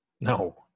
No